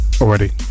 already